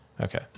Okay